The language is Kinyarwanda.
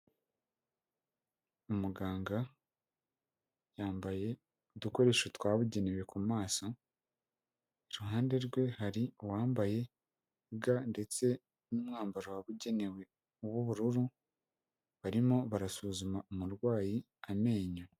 Umuganga yambaye udukoresho twabugenewe ku maso, iruhande rwe hari uwambaye ga ndetse n'umwambaro wabugenewe w'ubururu, barimo barasuzuma umurwayi amenyo.